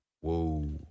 Whoa